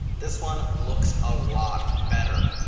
this one, looks a lot better.